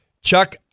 Chuck